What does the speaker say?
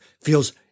feels